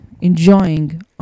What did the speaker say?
enjoying